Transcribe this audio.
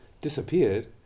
disappeared